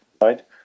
right